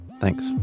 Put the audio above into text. Thanks